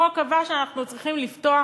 החוק קבע שאנחנו צריכים לפתוח